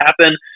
happen